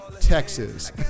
Texas